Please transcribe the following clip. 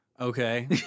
Okay